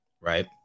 right